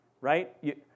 right